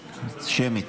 שמית.